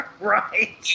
Right